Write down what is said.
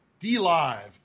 DLive